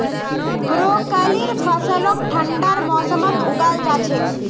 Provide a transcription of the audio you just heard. ब्रोकलीर फसलक ठंडार मौसमत उगाल जा छेक